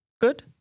Good